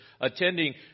attending